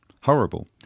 horrible